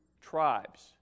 tribes